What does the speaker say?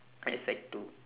at sec two